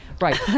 right